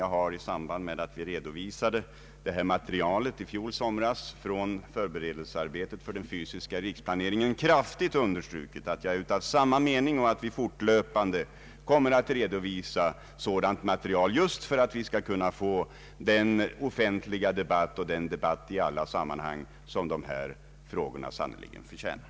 Jag har i samband med redovisningen av materialet i fjol somras från förberedelsearbetet för den fysiska riksplaneringen kraftigt understrukit att jag är av samma mening och att vi fortlöpande kommer att redovisa sådant material just för att vi skall få den offentliga debatt i alla sammanhang som dessa problem sannerligen förtjänar.